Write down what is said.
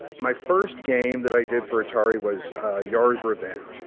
my first game that i did for atari was, ah, yar's revenge